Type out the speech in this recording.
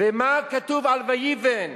ומה כתוב על "ויבן"?